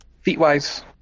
Feet-wise